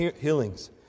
healings